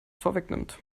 vorwegnimmt